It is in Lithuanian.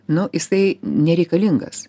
nu jisai nereikalingas